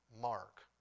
mark